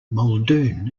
muldoon